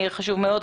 חשוב מאוד.